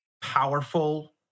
powerful